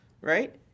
right